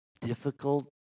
difficult